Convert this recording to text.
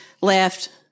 left